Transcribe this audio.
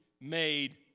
made